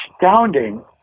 astounding